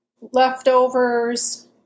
leftovers